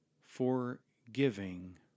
forgiving